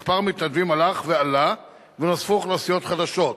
מספר המתנדבים הלך ועלה ונוספו אוכלוסיות חדשות: